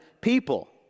people